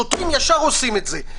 שוטרים ישר עושים את זה.